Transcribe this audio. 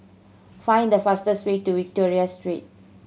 find the fastest way to Victoria Street